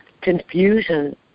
Confusion